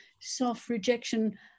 self-rejection